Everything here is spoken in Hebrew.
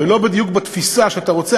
ולא בדיוק בתפיסה שאתה רוצה,